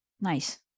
nice